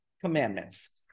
Commandments